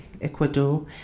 Ecuador